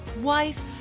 wife